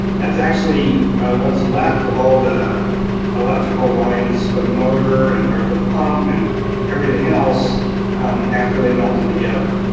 that's actually what's left of all the electrical lines for the motor and or for the pump and everything else after they melted together.